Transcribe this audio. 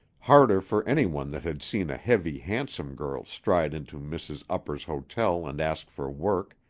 harder for any one that had seen a heavy, handsome girl stride into mrs. upper's hotel and ask for work,